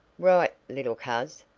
right, little coz,